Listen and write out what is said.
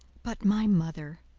but my mother,